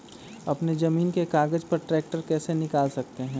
अपने जमीन के कागज पर ट्रैक्टर कैसे निकाल सकते है?